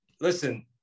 Listen